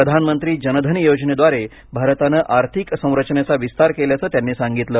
प्रधानमंत्री जन धन योजनेद्वारे भारताने आर्थिक संरचनेचा विस्तार केल्याचं त्यांनी सांगितलं